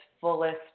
fullest